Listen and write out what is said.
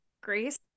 Grace